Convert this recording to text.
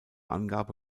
angabe